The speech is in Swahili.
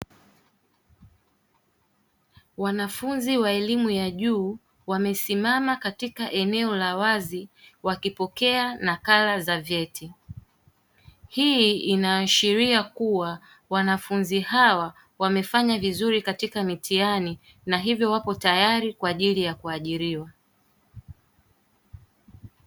Wanafunzi wa elimu ya juu wamesimama katika eneo la wazi wakipokea nakala za vyeti. Hii inaashiria kuwa wanafunzi hawa wamefanya vizuri katika mitihani na hivyo wako tayari kwaajili ya kuajiriwa.